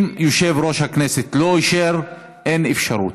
אם יושב-ראש הכנסת לא אישר, אין אפשרות.